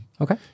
Okay